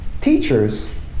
teachers